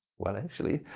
well, actually,